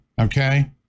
okay